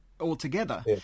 altogether